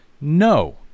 No